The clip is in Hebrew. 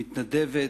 מתנדבת,